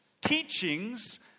teachings